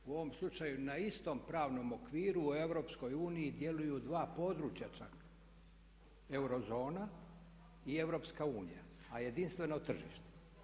U ovom slučaju na istom pravnom okviru u EU djeluju dva područja čak, Eurozona i EU, a jedinstveno je tržište.